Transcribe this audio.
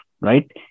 right